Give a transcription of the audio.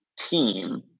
team